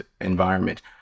environment